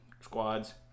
squads